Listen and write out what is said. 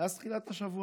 מאז תחילת השבוע.